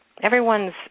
Everyone's